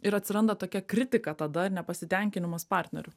ir atsiranda tokia kritika tada ir nepasitenkinimas partneriu